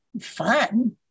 fun